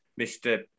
Mr